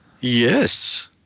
Yes